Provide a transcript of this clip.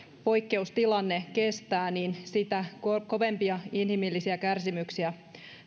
poikkeustilanne kestää sitä kovempia inhimillisiä kärsimyksiä